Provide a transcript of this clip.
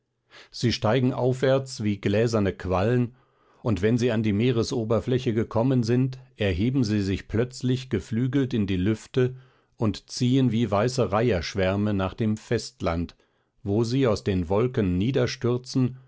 sie steigen aufwärts wie gläserne quallen und wenn sie an die meeresoberfläche gekommen sind erheben sie sich plötzlich geflügelt in die lüfte und ziehen wie weiße reiherschwärme nach dem festland wo sie aus den wolken niederstürzen